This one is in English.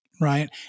right